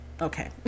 Okay